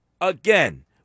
again